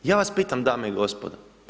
Ja vas pitam dame i gospodo.